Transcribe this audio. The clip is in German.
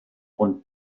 und